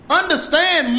understand